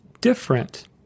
Different